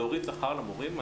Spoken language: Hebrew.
להוריד שכר למורים.